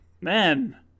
Man